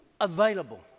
available